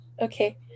okay